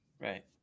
Right